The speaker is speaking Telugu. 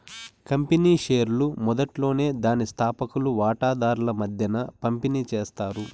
కంపెనీ షేర్లు మొదట్లోనే దాని స్తాపకులు వాటాదార్ల మద్దేన పంపిణీ చేస్తారు